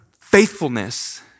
faithfulness